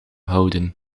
houden